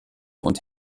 und